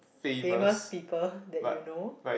famous people that you know